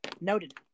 Noted